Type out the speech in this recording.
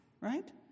right